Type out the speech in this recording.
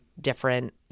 different